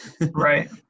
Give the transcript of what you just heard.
Right